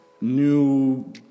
new